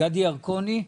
גדי ירקוני.